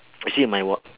actually my one